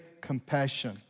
compassion